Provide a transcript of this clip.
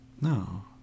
No